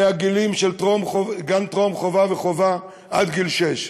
מהגילים של גן טרום-חובה וחובה עד גיל שש.